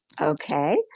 okay